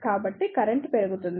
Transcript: కాబట్టి కరెంట్ పెరుగుతుంది